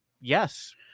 yes